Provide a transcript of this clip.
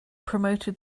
promoted